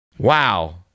Wow